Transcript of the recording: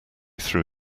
threw